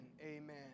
Amen